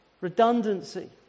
redundancy